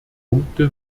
punkte